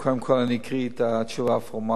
אבל קודם כול אני אקריא את התשובה הפורמלית.